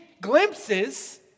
glimpses